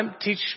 teach